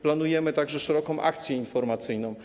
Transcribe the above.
Planujemy także szeroką akcję informacyjną.